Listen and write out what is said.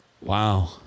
Wow